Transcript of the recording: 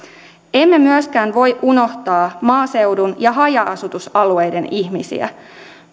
emme myöskään voi unohtaa maaseudun ja haja asutusalueiden ihmisiä